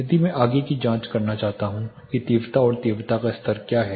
यदि मैं आगे की जांच करना चाहता हूं कि तीव्रता और तीव्रता का स्तर क्या है